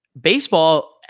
baseball